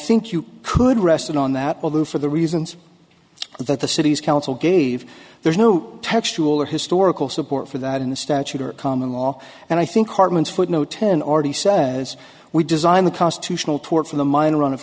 think you could rest on that although for the reasons that the city's council gave there's no textual or historical support for that in the statute or common law and i think hartman's footnote ten already says we designed the constitutional tort from the minor run of